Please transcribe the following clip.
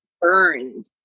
burned